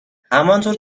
همانطور